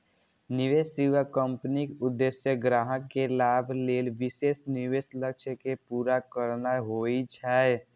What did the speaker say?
निवेश सेवा कंपनीक उद्देश्य ग्राहक के लाभ लेल विशेष निवेश लक्ष्य कें पूरा करना होइ छै